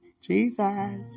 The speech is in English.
Jesus